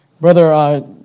Brother